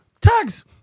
Tags